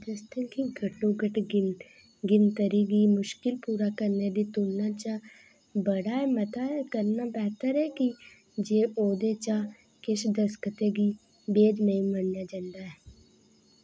दस्तखतें दी घट्टोघट्ट गिन गिनतरी गी मुश्कल पूरा करने दी तुलना च बड़ा मता करना बेह्तर ऐ की जे ओह्दे चा किश दस्तखतें गी वैध नेईं मन्नेआ जंदा ऐ